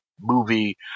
movie